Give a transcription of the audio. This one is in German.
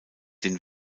den